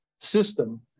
system